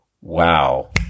wow